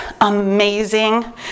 amazing